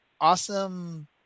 awesome